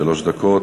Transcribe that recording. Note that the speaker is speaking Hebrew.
שלוש דקות.